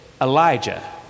Elijah